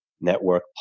Network